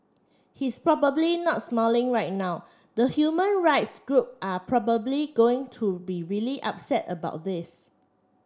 he's probably not smiling right now the human rights group are probably going to be really upset about this